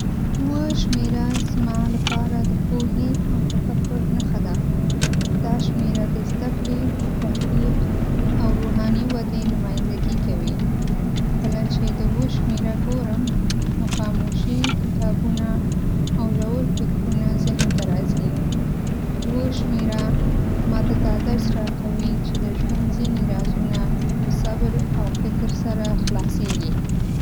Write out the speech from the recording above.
۷ شمېره زما لپاره د پوهې او تفکر نښه ده. دا شمېره د زده کړې، تحقیق او روحاني ودې نمایندګي کوي. کله چې ۷ شمېره ګورم، نو خاموشي، کتابونه، او ژور فکرونه ذهن ته راځي. ۷ شمېره ماته دا درس راکوي چې د ژوند ځینې رازونه په صبر او فکر سره خلاصېږي.